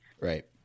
Right